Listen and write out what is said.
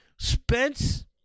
Spence